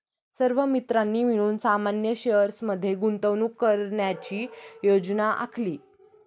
सर्व मित्रांनी मिळून सामान्य शेअर्स मध्ये गुंतवणूक करण्याची योजना आखली